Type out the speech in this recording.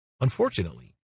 Unfortunately